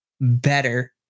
better